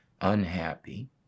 unhappy